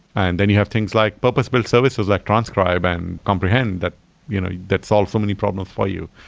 and then you have things like purpose built services, like transcribe, and comprehend that you know that solve so many problems for you.